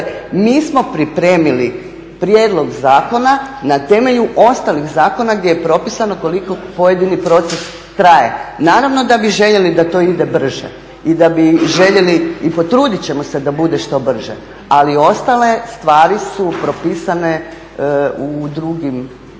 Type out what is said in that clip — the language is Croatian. mi smo pripremili prijedlog zakona na temelju ostalih zakona gdje je propisano koliko pojedini proces traje. Naravno da bi željeli da to ide brže i da bi željeli i potrudit ćemo se da bude što brže, ali ostale stvari su propisane u drugim